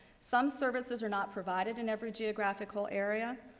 some services are not provided in every geographical area.